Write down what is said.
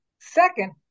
Second